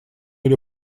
или